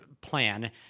plan